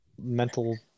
mental